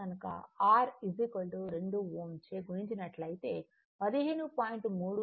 చే గుణించినట్లయితే 15